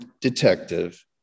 detective